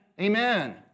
Amen